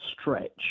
stretch